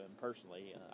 personally